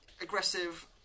Aggressive